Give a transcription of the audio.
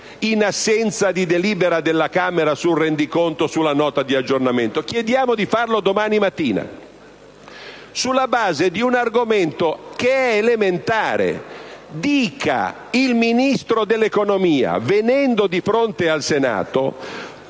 in assenza di delibera della Camera sul rendiconto e sulla Nota di aggiornamento. Chiediamo di farlo domani mattina sulla base di un argomento che è elementare: dica il Ministro dell'economia, venendo al Senato,